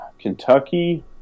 Kentucky